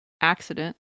accident